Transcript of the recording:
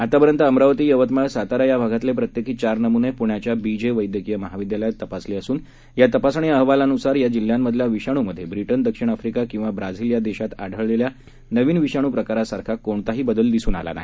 आतापर्यंत अमरावतीयवतमाळ सातारा या भागातले प्रत्येकी चार नमुने पुण्याच्या बी जे वैद्यकीय महाविद्यालयात तपासले असून या तपासणी अहवालानुसार या जिल्ह्यांमधल्या विषाणूमध्ये ब्रिटनदक्षिण आफ्रिका किंवा ब्राझील या देशांमध्ये आढळलेल्या नवीन विषाणू प्रकारासारखा कोणताही बदल दिसून आलेला नाही